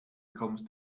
kommst